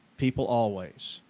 people always.